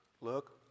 look